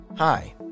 Hi